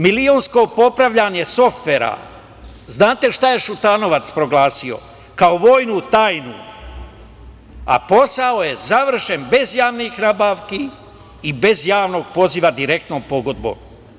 Milionsko popravljanje softvera Šutanovac je proglasio kao vojnu tajnu, a posao je završen bez javnih nabavki i bez javnog poziva, direktnom pogodbom.